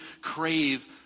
crave